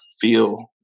feel